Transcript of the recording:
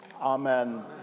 Amen